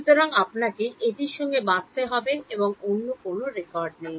সুতরাং আপনাকে এটির সাথে বাঁচতে হবে অন্য কোনও রেকর্ড নেই